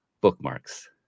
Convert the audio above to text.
bookmarks